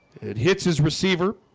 it hits his receiver